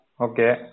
Okay